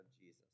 Jesus